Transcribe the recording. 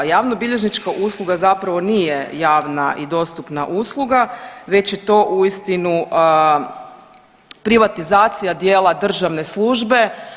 A javnobilježnička zapravo nije javna i dostupna usluga već je to uistinu privatizacija dijela državne službe.